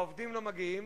העובדים לא מגיעים,